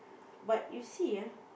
but you see ah